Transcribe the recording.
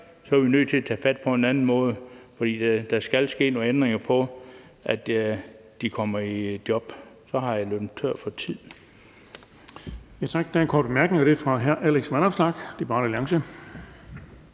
er vi nødt til at tage fat på en anden måde, for der skal ske nogle ændringer, for at de kommer i job. Så er jeg løbet tør for tid.